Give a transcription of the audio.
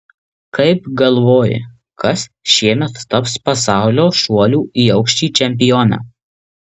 kaip galvoji kas šiemet taps pasaulio šuolių į aukštį čempione